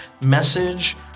message